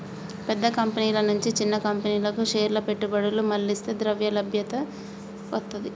పెద్ద కంపెనీల నుంచి చిన్న కంపెనీలకు షేర్ల పెట్టుబడులు మళ్లిస్తే ద్రవ్యలభ్యత వత్తది